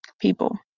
people